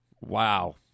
wow